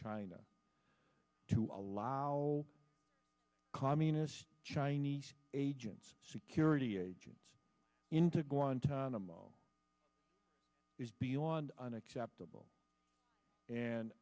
china to allow communist chinese agents security agents into guantanamo is beyond unacceptable and